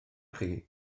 chi